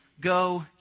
Go